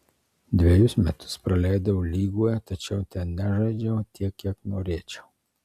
dvejus metus praleidau lygoje tačiau ten nežaidžiau tiek kiek norėčiau